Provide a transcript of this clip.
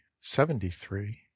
seventy-three